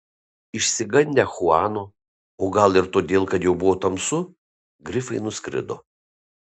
išsigandę chuano o gal ir todėl kad jau buvo tamsu grifai nuskrido